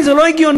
זה לא הגיוני,